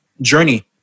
journey